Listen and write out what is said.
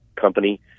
company